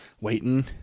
waiting